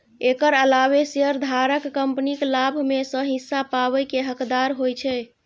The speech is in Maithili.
एकर अलावे शेयरधारक कंपनीक लाभ मे सं हिस्सा पाबै के हकदार होइ छै